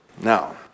Now